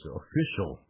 official